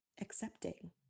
accepting